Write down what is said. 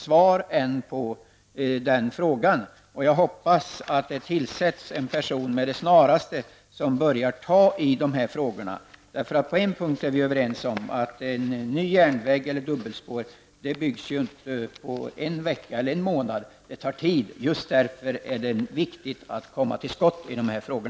Jag hoppas att det med det snaraste tillsätts en person som kan börja ta hand om vissa frågor. Vi är överens på en punkt, nämligen att en ny järnväg eller ett dubbelspår byggs inte på en vecka eller en månad utan det tar tid. Det är därför viktigt att komma till skott i dessa frågor.